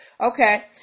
Okay